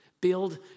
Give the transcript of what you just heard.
Build